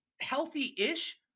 healthy-ish